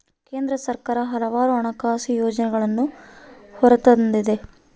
ಕೇಂದ್ರ ಸರ್ಕಾರ ಹಲವಾರು ಹಣಕಾಸು ಯೋಜನೆಗಳನ್ನೂ ಹೊರತಂದತೆ